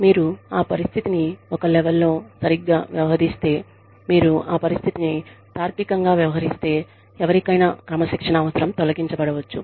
మీరు ఆ పరిస్థితిని ఒక లెవల్ లో సరిగ్గా వ్యవహరిస్తే మీరు ఆ పరిస్థితిని తార్కికంగా వ్యవహరిస్తే ఎవరికైనా క్రమశిక్షణ అవసరం తొలగించబడవచ్చు